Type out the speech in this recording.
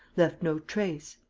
left no trace,